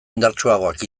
indartsuagoak